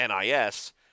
NIS